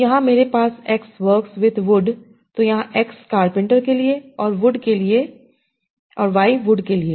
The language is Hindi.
तो यहाँ मेरे पास X वर्क्स विथ वुड तो यहां X कार्पेंटर के लिए और Y वुड के लिए